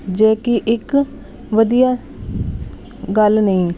ਜੋ ਕਿ ਇੱਕ ਵਧੀਆ ਗੱਲ ਨਹੀਂ